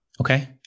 Okay